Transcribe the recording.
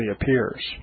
appears